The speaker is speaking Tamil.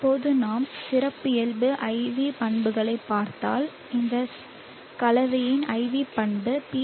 இப்போது நாம் சிறப்பியல்பு IV பண்புகளைப் பார்த்தால் இந்த கலவையின் IV பண்பு பி